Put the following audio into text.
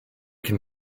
can